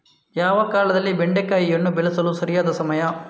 ಯಾವ ಕಾಲದಲ್ಲಿ ಬೆಂಡೆಕಾಯಿಯನ್ನು ಬೆಳೆಸಲು ಸರಿಯಾದ ಸಮಯ?